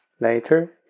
later